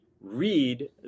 read